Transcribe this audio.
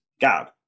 God